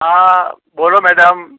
હા બોલો મેડમ